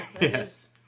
Yes